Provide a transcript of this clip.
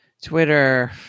twitter